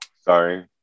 Sorry